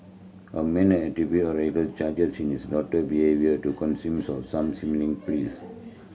a man has attributed a radical charges in his daughter behaviour to of some slimming pills